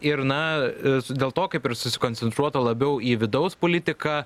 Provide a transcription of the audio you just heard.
ir na dėl to kaip ir susikoncentruota labiau į vidaus politiką